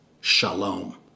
Shalom